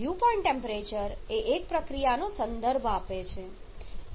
dew point temperature એ એક પ્રક્રિયાનો સંદર્ભ આપે છે